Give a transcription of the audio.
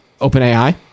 OpenAI